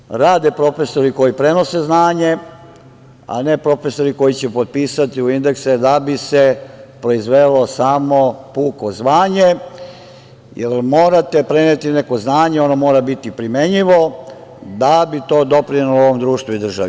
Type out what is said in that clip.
Želim da rade profesori koji prenose znanje, a ne profesori koji će potpisati u indekse, da bi se proizvelo samo puko zvanje, jer morate preneti neko znanje, a ono mora biti primenjivo da bi to doprinelo ovom društvu i državi.